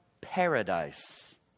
paradise